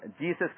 Jesus